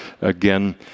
again